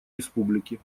республики